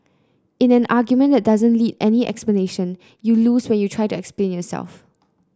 in an argument that doesn't need any explanation you lose when you try to explain yourself